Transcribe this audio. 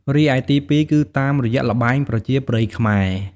រីឯទីពីរ គឺតាមរយៈល្បែងប្រជាប្រិយខ្មែរ។